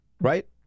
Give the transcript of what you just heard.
Right